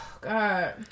God